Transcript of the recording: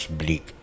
bleak